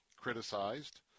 criticized